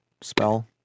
spell